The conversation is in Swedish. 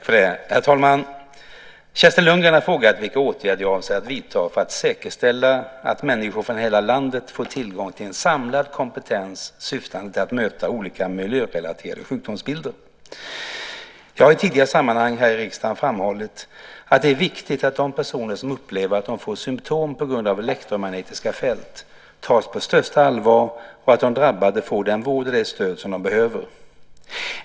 Herr talman! Kerstin Lundgren har frågat vilka åtgärder jag avser att vidta för att säkerställa att människor från hela landet får tillgång till en samlad kompetens syftande till att möta olika miljörelaterade sjukdomsbilder. Jag har i tidigare sammanhang här i riksdagen framhållit att det är viktigt att de personer som upplever att de får symtom på grund av elektromagnetiska fält tas på största allvar och att de drabbade får den vård och det stöd som de behöver.